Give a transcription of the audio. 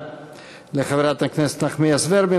תודה לחברת הכנסת נחמיאס ורבין.